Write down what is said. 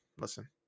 listen